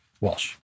Walsh